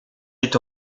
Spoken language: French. est